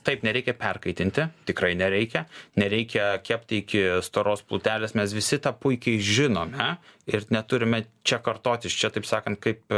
taip nereikia perkaitinti tikrai nereikia nereikia kepti iki storos plutelės mes visi tą puikiai žinome ir neturime čia kartotis čia taip sakant kaip